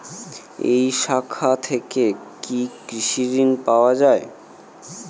এই শাখা থেকে কি কৃষি ঋণ পাওয়া যায়?